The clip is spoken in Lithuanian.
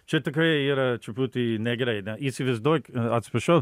čia tikrai yra truputį negerai ne įsivaizduok atsiprašau